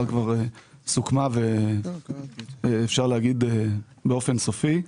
היא כבר סוכמה אפשר להגיד באופן סופי.